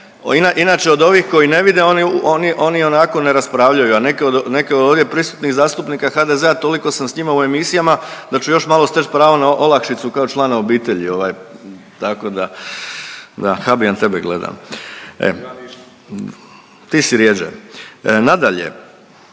Inače od ovih koji ne vide oni i onako ne raspravljaju, a neki od ovdje prisutnih zastupnika HDZ-a toliko sam sa njima u emisijama da ću još malo steći pravo na olakšicu kao člana obitelji, tako da, Habijan tebe gledam. …/Upadica sa strane,